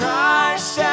Christ